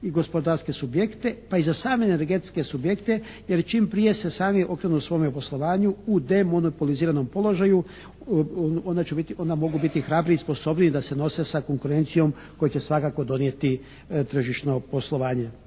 i gospodarske subjekte pa i za same energetske subjekte jer čim prije se sami okrenu svome poslovanju u demonopoliziranom položaju onda će biti, onda mogu biti hrabriji i sposobniji da se nose sa konkurencijom koju će svakako donijeti tržišno poslovanje.